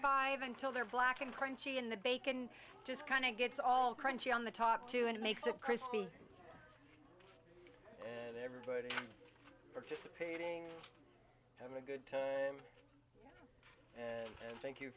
five until they're black and crunchy in the bacon just kind of gets all crunchy on the top two and makes a crispy and everybody i'm participating having a good time and thank you